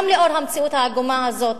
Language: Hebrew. גם לאור המציאות העגומה הזאת,